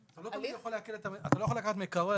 יכול לעקל, אתה לא יכול לקחת מקרר.